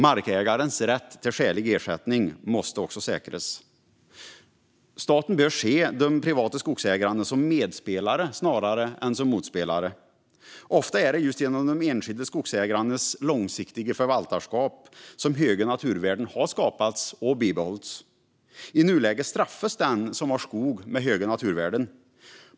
Markägarens rätt till skälig ersättning måste också säkras. Staten bör se de privata skogsägarna som medspelare snarare än som motspelare. Ofta är det just genom de enskilda skogsägarnas långsiktiga förvaltarskap som höga naturvärden har skapats och bibehållits. I nuläget straffas den som har skog med höga naturvärden.